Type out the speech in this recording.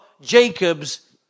Jacob's